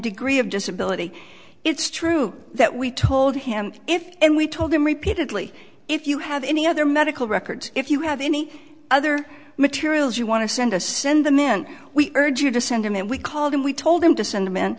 degree of disability it's true that we told him if and we told him repeatedly if you have any other medical records if you have any other materials you want to send a send the men we urge you to send him and we called him we told him to send